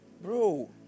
Bro